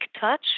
touch